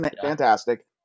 fantastic